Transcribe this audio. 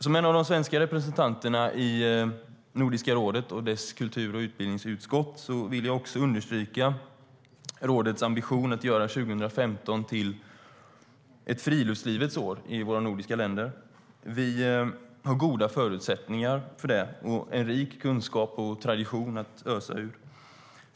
Som en av de svenska representanterna i Nordiska rådet och dess kultur och utbildningsutskott vill jag understryka rådets ambition att göra 2015 till ett friluftslivets år i våra nordiska länder. Vi har goda förutsättningar för det och en rik kunskap och tradition att ösa ur.